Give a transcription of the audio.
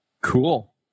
cool